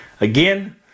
again